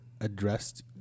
addressed